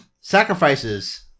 Sacrifices